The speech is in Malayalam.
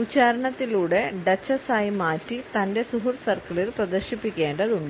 ഉച്ചാരണത്തിലൂടെ ഡച്ചസായി മാറ്റി തന്റെ സുഹൃത്ത് സർക്കിളിൽ പ്രദർശിപ്പിക്കേണ്ടതുണ്ട്